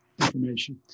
information